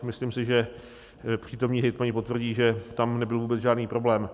Myslím si, že přítomní hejtmani potvrdí, že tam nebyl vůbec žádný problém.